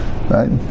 right